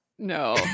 No